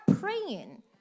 praying